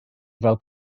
fel